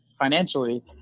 financially